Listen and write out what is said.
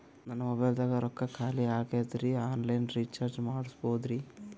ನನ್ನ ಮೊಬೈಲದಾಗ ರೊಕ್ಕ ಖಾಲಿ ಆಗ್ಯದ್ರಿ ಆನ್ ಲೈನ್ ರೀಚಾರ್ಜ್ ಮಾಡಸ್ಬೋದ್ರಿ?